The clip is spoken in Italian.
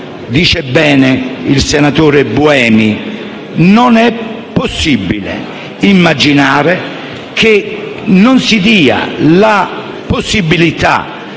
Dice bene il senatore Buemi: non è possibile immaginare che non si dia la possibilità